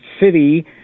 city